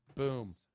Boom